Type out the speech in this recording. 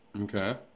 Okay